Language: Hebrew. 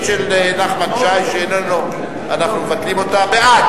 היא בעד